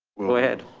go ahead.